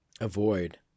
avoid